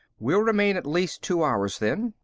we'll remain at least two hours, then.